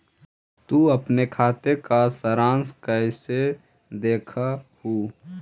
तु अपन खाते का सारांश कैइसे देखअ हू